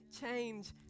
change